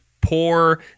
poor